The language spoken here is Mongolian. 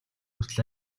хүртэл